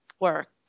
work